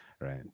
Right